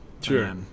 Sure